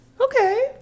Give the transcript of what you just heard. okay